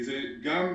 זה אתגר